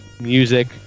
music